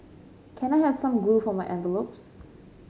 can I have some glue for my envelopes